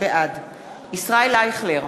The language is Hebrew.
בעד ישראל אייכלר,